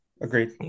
Agreed